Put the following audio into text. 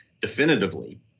definitively